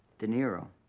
de niro.